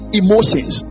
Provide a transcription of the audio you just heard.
emotions